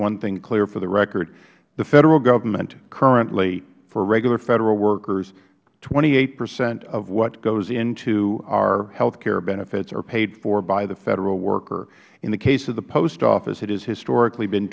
one thing clear for the record the federal government currently for regular federal workers twenty eight percent of what goes into our health care benefits are paid for by the federal worker in the case of the post office it has historically been